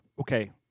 Okay